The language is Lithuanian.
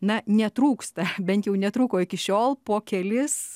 na netrūksta bent jau netrūko iki šiol po kelis